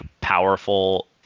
powerful